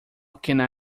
can